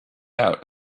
out